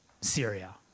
Syria